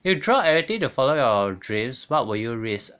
you drop everything to follow your dreams what will you risk